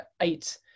eight